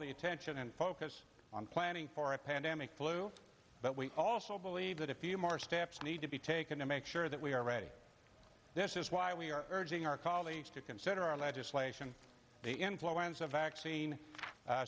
the attention and focus on planning for a pandemic flu but we also believe that a few more steps need to be taken to make sure that we are ready this is why we are urging our colleagues to consider our legislation the influenza vaccine